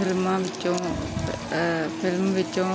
ਫਿਲਮਾਂ ਵਿੱਚੋਂ ਫਿਲਮ ਵਿੱਚੋਂ